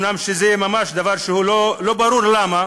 לא ברור למה,